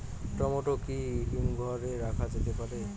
Tomato কি হিমঘর এ রাখা যেতে পারে?